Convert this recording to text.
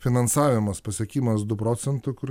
finansavimas pasiekimas du procentų kur